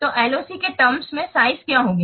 तो LOC के terms में साइज क्या होगा